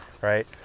Right